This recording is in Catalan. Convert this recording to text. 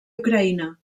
ucraïna